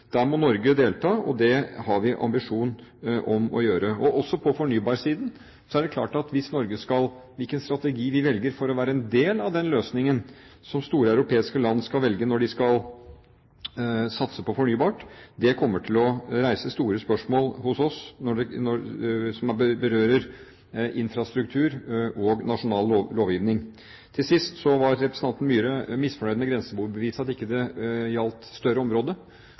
Der må Norge delta, og det har vi ambisjon om å gjøre. Også når det gjelder fornybarsiden og hvilken strategi vi velger for å være en del av den løsningen som store europeiske land velger når de skal satse på fornybar energi, er det klart at det kommer til å reise store spørsmål hos oss som berører infrastruktur og nasjonal lovgivning. Til sist: Representanten Myhre var misfornøyd med grenseboerbeviset, at det ikke gjaldt større